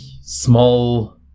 small